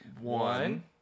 one